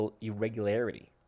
irregularity